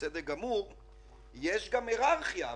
יש גם היררכיה,